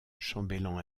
chambellan